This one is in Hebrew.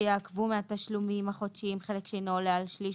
כך שיעכבו מהתשלומים החודשיים חלק שאינו עולה על שליש,